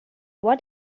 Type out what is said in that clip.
what